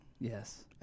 Yes